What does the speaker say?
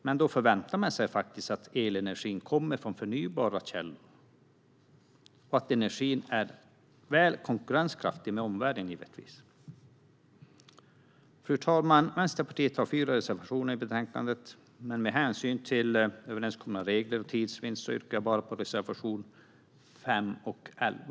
Men då förväntar man sig faktiskt att elenergin kommer från förnybara källor och att energin är konkurrenskraftig i omvärlden. Vänsterpartiet har fyra reservationer i betänkandet, men med hänsyn till överenskomna regler och tidsvinst yrkar jag endast på reservationerna 5 och 11.